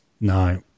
No